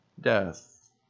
death